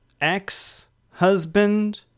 ex-husband